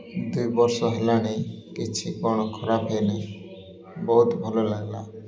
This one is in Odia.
ଦୁଇ ବର୍ଷ ହେଲାଣି କିଛି କ'ଣ ଖରାପ ହୋଇନାହିଁ ବହୁତ ଭଲ ଲାଗିଲା